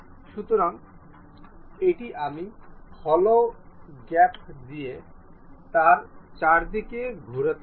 সুতরাং এটি আমি হলোও ফাঁক দিয়ে তার চারদিকে ঘুরতে চাই